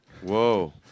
Whoa